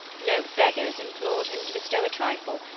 no beggars implored him to bestow a trifle,